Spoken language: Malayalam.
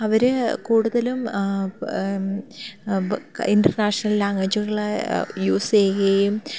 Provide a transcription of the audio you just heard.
അവർ കൂടുതലും ഇൻറ്റർനാഷണൽ ലാംഗ്വേജുകൾ യൂസ് ചെയ്യുകയും